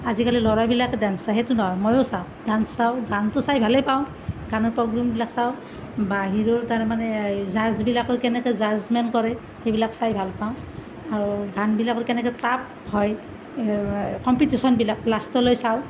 আজিকালি ল'ৰাবিলাকে ডান্স চায় সেইটো নহয় ময়ো চাওঁ ডান্স চাওঁ গানতো চাই ভালেই পাওঁ গানৰ প্ৰগ্ৰেমবিলাক চাওঁ বাহিৰৰ তাৰমানে জাৰ্জবিলাকে কেনেকৈ জাৰ্জমেণ্ট কৰে সেইবিলাক চাই ভাল পাওঁ আৰু গানবিলাকৰ কেনেকৈ তাত হয় কম্পিটিশ্যনবিলাক লাষ্টলৈ চাওঁ